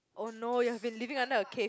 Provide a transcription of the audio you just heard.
oh no you have been living under a cave